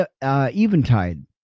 eventide